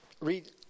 Read